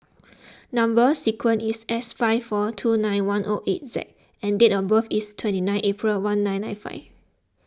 Number Sequence is S five four two nine one O eight Z and date of birth is twenty nine April one nine nine five